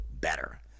better